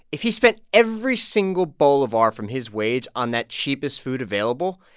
if he spent every single bolivar from his wage on that cheapest food available,